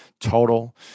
total